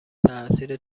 تاثیر